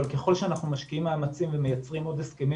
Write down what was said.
אבל ככל שאנחנו משקיעים מאמצים ומייצרים עוד הסכמים